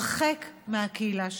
הרחק מהקהילה שלהן.